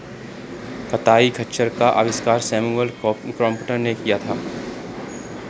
कताई खच्चर का आविष्कार सैमुअल क्रॉम्पटन ने किया था